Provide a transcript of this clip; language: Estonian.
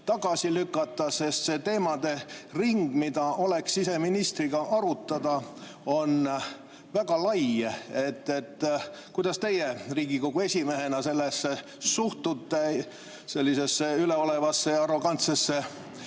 tagasi lükata? See teemadering, mida oleks [vaja] siseministriga arutada, on väga lai. Kuidas teie Riigikogu esimehena suhtute ministrite sellisesse üleolevasse ja arrogantsesse